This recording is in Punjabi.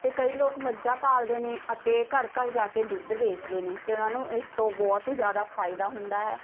ਅਤੇ ਕਈ ਲੋਕ ਮੱਝਾਂ ਪਾਲਦੇ ਨੇ ਅਤੇ ਘਰ ਘਰ ਜਾ ਕੇ ਦੁੱਧ ਵੇਚਦੇ ਨੇ ਅਤੇ ਉਹਨਾਂ ਨੂੰ ਇਸ ਤੋਂ ਬਹੁਤ ਹੀ ਜ਼ਿਆਦਾ ਫਾਇਦਾ ਹੁੰਦਾ ਹੈ